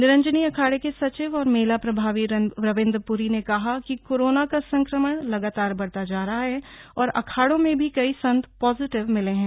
निरंजनी अखाड़े के सचिव और मेला प्रभारी रविंद्र प्री ने कहा कि कोरोना का संक्रमण लगातार बढ़ता जा रहा है और अखाड़ों में भी कई संत पॉजिटिव मिले हैं